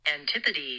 Antipodes